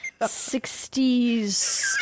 60s